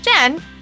Jen